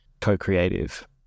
co-creative